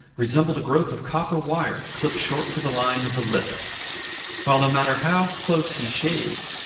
resembled a growth of copper wire clipped short to the line of the lip while, no matter how close he shaved,